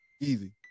Easy